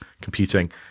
computing